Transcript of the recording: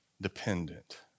dependent